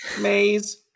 Maze